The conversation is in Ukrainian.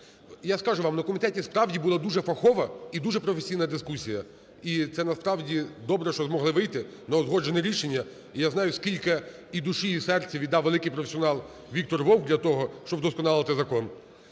Я скажу вам, на комітеті справді була дуже фахова і дуже професійна дискусія. І це насправді добре, що змогли вийти на узгоджене рішення. І я знаю, скільки і душі, і серця віддав великий професіонал Віктор Вовк для того, щоб удосконалити закон.